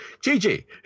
Gigi